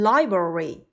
Library